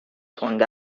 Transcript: تند